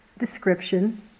description